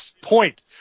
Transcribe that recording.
point